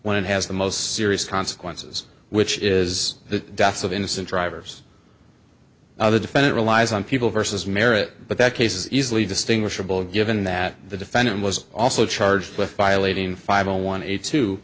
when it has the most serious consequences which is the deaths of innocent drivers now the defendant relies on people versus merit but that case is easily distinguishable given that the defendant was also charged with violating five zero one